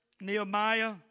Nehemiah